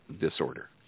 disorder